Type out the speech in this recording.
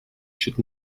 should